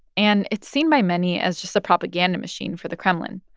and it's seen by many as just a propaganda machine for the kremlin.